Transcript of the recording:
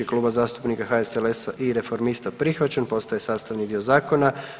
Kluba zastupnika HSLS-a i Reformista, prihvaćen, postaje sastavni dio zakona.